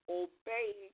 obey